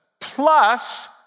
plus